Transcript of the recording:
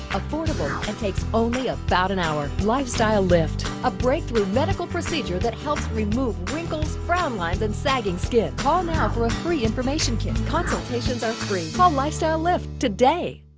affordable and takes only about an hour. lifestyle lift, a breakthrough medical procedure that helps remove wrinkles, frown lines and sagging skin. call now for a free information kit. consultations are free. call lifestyle lift today.